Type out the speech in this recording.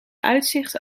uitzicht